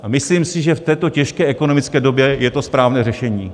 A myslím si, že v této těžké ekonomické době je to správné řešení.